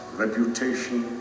reputation